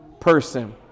person